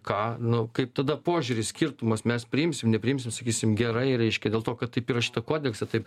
ką nu kaip tada požiūrių skirtumas mes priimsim nepriimsim sakysim gerai reiškia dėl to kad taip įrašyta kodekse taip